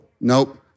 nope